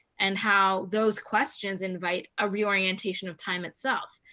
and how those questions invite a reorientation of time itself,